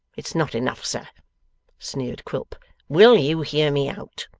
it's not enough, sir sneered quilp will you hear me out?